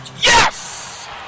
Yes